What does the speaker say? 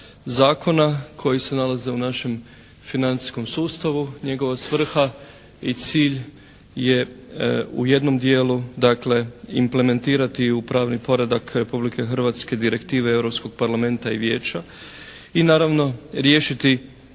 zakona koji se nalaze u našem financijskom sustavu. Njegova svrha i cilj je u jednom dijelu dakle implementirati u pravni poredak Republike Hrvatske direktive europskog Parlamenta i vijeća i naravno riješiti